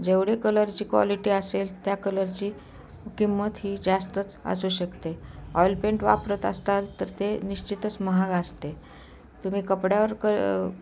जेवढी कलरची क्वालिटी असेल त्या कलरची किंमत ही जास्तच असू शकते ऑइल पेंट वापरत असताल तर ते निश्चितच महाग असते तुम्ही कपड्यावर कल